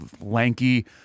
lanky